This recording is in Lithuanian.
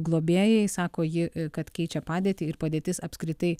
globėjai sako ji kad keičia padėtį ir padėtis apskritai